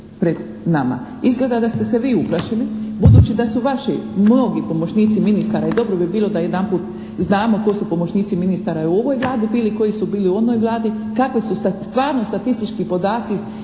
pred nama. Izgleda da ste se vi uplašili budući da su vaši mnogi pomoćnici ministara i dobro bi bilo da jedanput znamo tko su pomoćnici ministara u ovoj Vladi bili, koji su bili u onoj Vladi, kakvi su stvarno statistički podaci